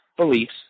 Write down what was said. beliefs